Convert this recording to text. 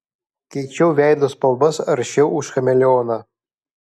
keičiau veido spalvas aršiau už chameleoną